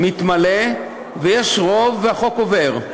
מתמלא, ויש רוב, והחוק עובר.